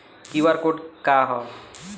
QR code का ह?